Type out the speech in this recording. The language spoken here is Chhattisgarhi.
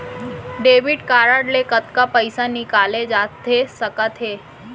डेबिट कारड ले कतका पइसा निकाले जाथे सकत हे?